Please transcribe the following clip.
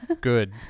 good